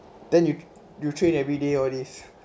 then you you train every day all this